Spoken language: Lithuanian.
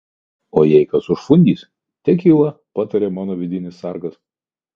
gerk džiną o jei kas užfundys tekilą pataria mano vidinis sargas